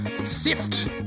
sift